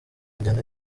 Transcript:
njyana